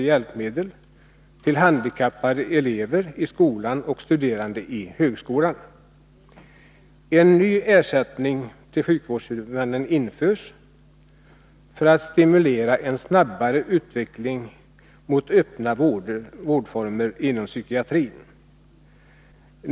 hjälpmedel till handikappade elever i skolan och studerande i högskolan. En ny ersättning till sjukvårdshuvudmännen införs för att stimulera en snabbare utveckling mot öppna vårdformer inom psykiatrin.